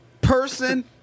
person